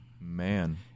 man